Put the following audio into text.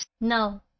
No